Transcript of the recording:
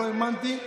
לא האמנתי.